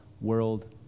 world